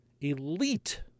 elite